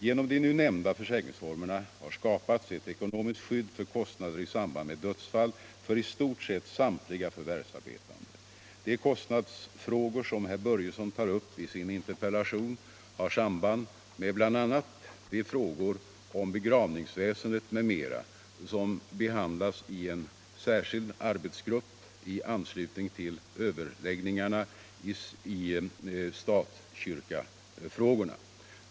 Genom de nu nämnda försäkringsformerna har skapats ett ekonomiskt skydd för kostnader i samband med dödsfall för i stort sett samtliga förvärvsarbetande. De kostnadsfrågor som herr Börjesson tar upp i sin interpellation har samband med bl.a. de frågor om begravningsväsendet m.m. som behandlas i en särskild arbetsgrupp i anslutning till överläggningarna i stat-kyrka-frågorna.